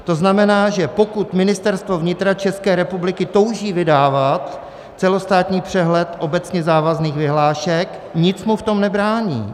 To znamená, že pokud Ministerstvo vnitra České republiky touží vydávat celostátní přehled obecně závazných vyhlášek, nic mu v tom nebrání.